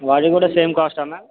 వాళ్ళది కూడా సేమ్ కాస్టా ఆ మ్యామ్